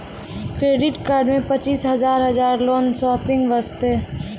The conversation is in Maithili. क्रेडिट कार्ड मे पचीस हजार हजार लोन शॉपिंग वस्ते?